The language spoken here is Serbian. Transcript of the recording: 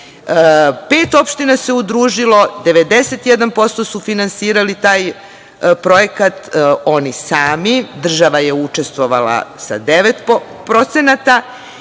opština se udružilo, 91% su finansirali taj projekat oni sami, a država je učestvovala sa 9%, ali taj